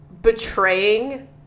betraying